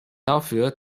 dafür